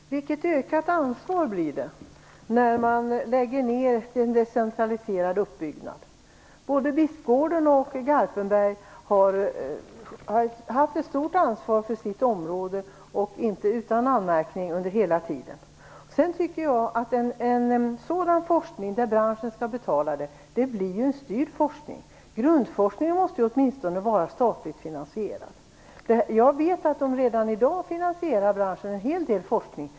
Fru talman! Vilket ökat ansvar blir det när man lägger ner en decentraliserad uppbyggnad? Både Bispgården och Garpenberg har hela tiden, utan anmärkning, haft ett stort ansvar för sitt område. En forskning som branschen skall betala blir en styrd forskning. Grundforskningen måste åtminstone vara statligt finansierad. Jag vet att branschen redan i dag på många håll finansierar en hel del forskning.